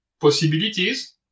possibilities